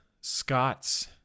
Scott's